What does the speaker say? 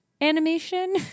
animation